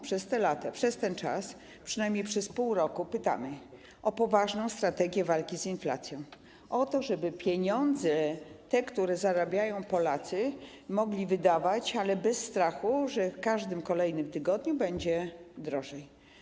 Przez te lata, przez ten czas, przynajmniej przez pół roku pytamy o poważną strategię walki z inflacją, o to, żeby Polacy pieniądze, które zarabiają, mogli wydawać, ale bez strachu, że w każdym kolejnym tygodniu będzie drożej.